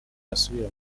asubire